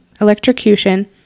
electrocution